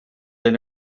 den